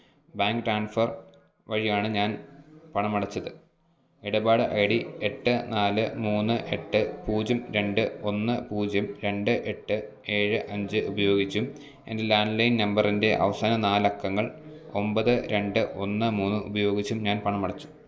എൻ്റെ land line ബില്ലിൻ്റെ payment status Vodafone Idea ഉപയോഗിച്ച് നിങ്ങൾക്കു പരിശോധിക്കാമോ ബാങ്ക് ട്രാൻസ്ഫർ വഴിയാണ് ഞാൻ പണമടച്ചത് ഇടപാട് ഐ ഡി എട്ട് നാല് മൂന്ന് എട്ട് പൂജ്യം രണ്ട് ഒന്ന് പൂജ്യം രണ്ട് എട്ട് ഏഴ് അഞ്ച് ഉപയോഗിച്ചും എൻ്റെ ലാൻഡ് ലൈൻ നമ്പറിൻ്റെ അവസാന നാലക്കങ്ങൾ ഒമ്പത് രണ്ട് ഒന്ന് മൂന്നും ഉപയോഗിച്ചും ഞാൻ പണമടച്ചു